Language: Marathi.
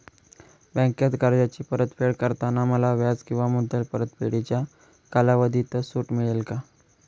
बँकेत कर्जाची परतफेड करताना मला व्याज किंवा मुद्दल परतफेडीच्या कालावधीत सूट मिळेल का?